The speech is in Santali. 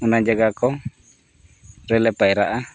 ᱚᱱᱟ ᱡᱟᱭᱜᱟ ᱠᱚᱨᱮᱞᱮ ᱯᱟᱭᱨᱟᱜᱼᱟ